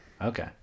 Okay